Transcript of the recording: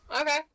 Okay